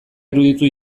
iruditu